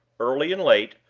early and late,